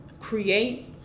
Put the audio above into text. create